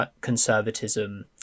conservatism